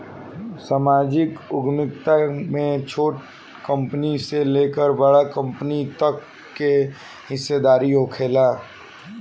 सामाजिक उद्यमिता में छोट कंपनी से लेकर बड़ कंपनी तक के हिस्सादारी होखेला